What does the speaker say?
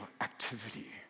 activity